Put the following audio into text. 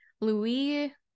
Louis